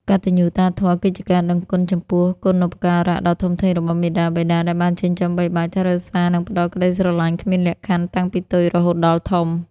កតញ្ញុតាធម៌គឺជាការដឹងគុណចំពោះគុណូបការៈដ៏ធំធេងរបស់មាតាបិតា ដែលបានចិញ្ចឹមបីបាច់ ថែរក្សា និងផ្ដល់ក្ដីស្រឡាញ់គ្មានលក្ខខណ្ឌតាំងពីតូចរហូតដល់ធំ។